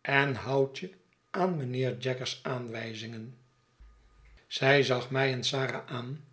en houd je aan mijnheer jaggers aanwijzingen zij zag mij en sarah aan